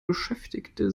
beschäftigte